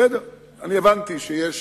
בסדר, הבנתי שיש